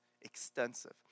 extensive